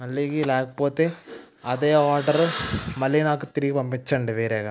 మళ్ళీ లేకపోతే అదే ఆర్డర్ మళ్ళీ నాకు తిరిగి పంపించండి వేరేగా